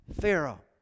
Pharaoh